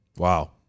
Wow